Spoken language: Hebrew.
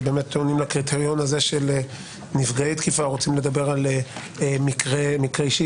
ובאמת תואמים לקריטריון הזה של נפגעי תקיפה או רוצים לדבר על מקרה אישי,